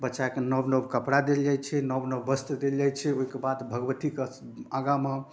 बच्चाके नव नव कपड़ा देल जाइ छै नव नव वस्त्र देल जाइ छै ओहिके बाद भगवतीके आगाँमे